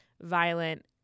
violent